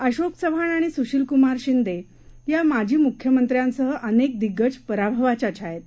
अशोक चव्हाण आणि सुशीलकुमार शिंदे ह्या माजी मुख्यमंत्र्यांसह अनेक दिग्गज पराभवाच्या छायेत